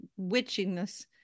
witchiness